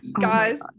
guys